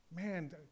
man